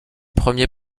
premiers